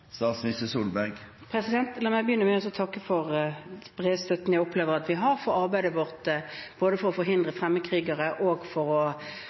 La meg begynne med å takke for den brede støtten jeg opplever at vi har for arbeidet vårt både for å forhindre fremmedkrigere og for å